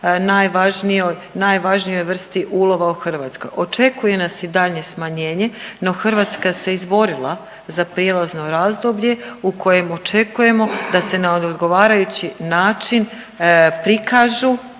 najvažnijoj vrsti ulova u Hrvatskoj. Očekuje nas i daljnje smanjenje, no Hrvatska se izborila za prijelazno razdoblje u kojem očekujemo da se na odgovarajući način prikažu